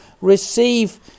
receive